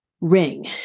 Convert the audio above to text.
ring